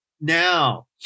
Now